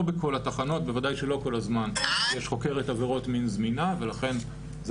בכל התחנות בוודאי שלא כל הזמן יש חוקרת עבירות מין זמינה ולכן זה